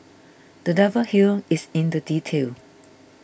the devil here is in the detail